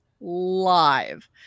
Live